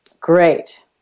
Great